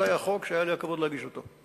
זה היה חוק שהיה לי הכבוד להגיש אותו.